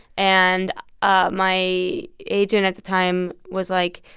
and ah my agent at the time was like,